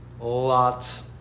Lots